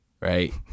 Right